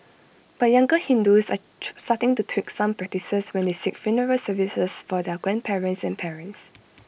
but younger Hindus are starting to tweak some practices when they seek funeral services for their grandparents and parents